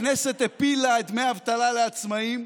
הכנסת הפילה את דמי האבטלה לעצמאים,